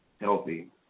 healthy